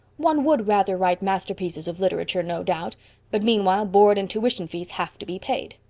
one would rather write masterpieces of literature no doubt but meanwhile board and tuition fees have to be paid.